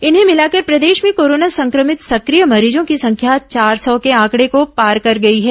इन्हें भिलाकर प्रदेश में कोरोना संक्रमित सक्रिय मरीजों की संख्या चार सौ के आंकडे को पार कर गई है